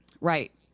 Right